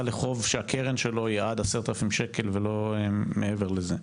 לחוב שהקרן שלו עד 10,000 שקלים ולא מעבר לזה.